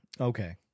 Okay